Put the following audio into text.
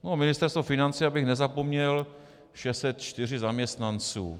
Ministerstvo financí, abych nezapomněl 604 zaměstnanců.